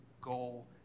goal